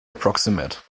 approximate